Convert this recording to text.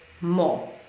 more